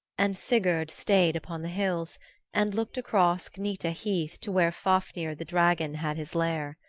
and sigurd stayed upon the hills and looked across gnita heath to where fafnir the dragon had his lair.